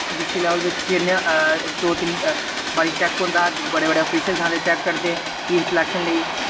district level बिच जिन्ने दो तिन बारि चैक होंदा बड़े बड़े आफिशियल्स आंदे चैक करदे टीम सिलैक्शन लेई